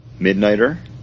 Midnighter